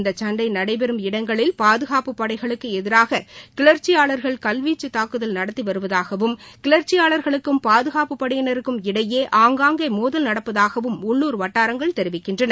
இந்த சண்டை நடைபெறும் இடங்களில் பாதுகாப்புப் படைகளுக்கு எதிராக கிளர்ச்சியாளர்கள் கல்வீச்சு தாக்குதல் நடத்தி வருவதாகவும் கிளர்ச்சியாளர்களுக்கும் பாதுகாப்புப் படையினருக்கும் இடையே ஆங்காங்கே மோதல் நடப்பதாகவும் உள்ளூர் வட்டாரங்கள் தெரிவிக்கின்றன